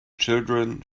children